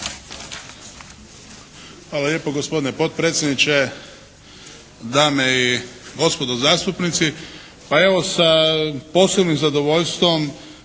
Hvala lijepa gospodine potpredsjedniče. Dame i gospodo zastupnici, pa evo sa posebnim zadovoljstvom